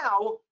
now